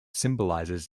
symbolizes